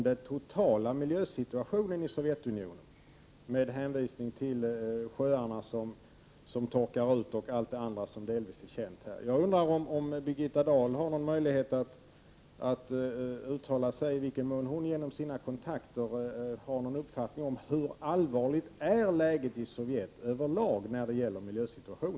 Detta uttalades i sovjetiska tidningar, bl.a. den stora tidningen Literaturnaja Gazeta, av de ryska och baltiska gröna och av många sovjetiska författare. Jag undrar om Birgitta Dahl har någon möjlighet att uttala sig i vilken mån hon genom sina kontakter har en uppfattning om hur allvarlig situationen över lag är i Sovjetunionen när det gäller miljön.